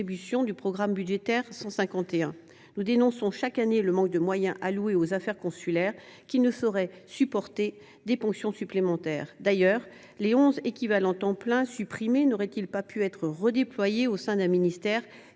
du programme 151. Nous dénonçons chaque année le manque de moyens alloués aux affaires consulaires, un domaine qui ne saurait supporter des ponctions supplémentaires. D’ailleurs, les onze équivalents temps plein supprimés n’auraient ils pas pu être redéployés au sein d’un ministère